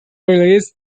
released